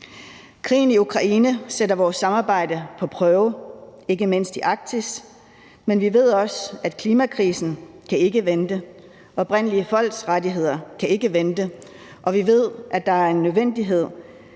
Krigen i Ukraine sætter vores samarbejde på prøve, ikke mindst i Arktis, men vi ved også, at klimakrisen ikke kan vente, at oprindelige folks rettigheder ikke kan vente, og vi ved, at der er en nødvendighed